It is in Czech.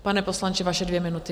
Pane poslanče, vaše dvě minuty.